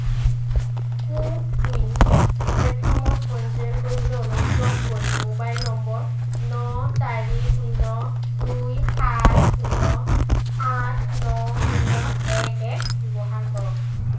কো win প্লে'টফৰ্মত পঞ্জীয়ন কৰিবলৈ অনুগ্ৰহ কৰি মোবাইল নম্বৰ ন চাৰি শূণ্য দুই সাত শূণ্য আথ ন শূণ্য এক এক ব্যৱহাৰ কৰক